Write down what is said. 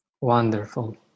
Wonderful